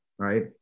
right